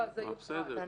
הוצאנו את